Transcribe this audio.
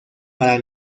para